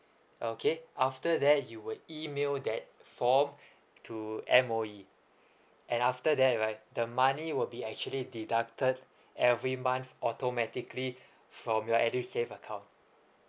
okay after that you will email that form to M_O_E and after that right the money will be actually deducted every month automatically from your edusave account